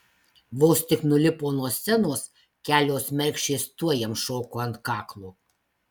vos tik nulipo nuo scenos kelios mergšės tuoj jam šoko ant kaklo